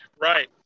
Right